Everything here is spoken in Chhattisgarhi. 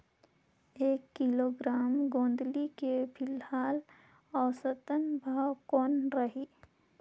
एक किलोग्राम गोंदली के फिलहाल औसतन भाव कौन रही?